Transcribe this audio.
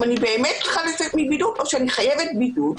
אני באמת צריכה להיות בבידוד או שאני יכולה לצאת מהבידוד.